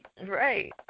Right